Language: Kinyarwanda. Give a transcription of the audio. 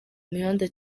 mihanda